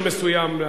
היושב-ראש,